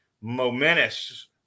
momentous